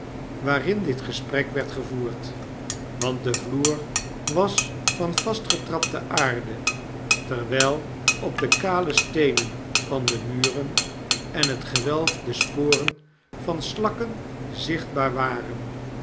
waarin dit gesprek werd gevoerd want de vloer was van vastgetrapte aarde terwijl op de kale steenen van de muren en het gewelf de sporen van slakken zichtbaar waren